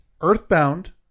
Earthbound